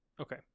Okay